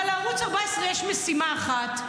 אבל לערוץ 14 יש משימה אחת,